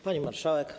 Pani Marszałek!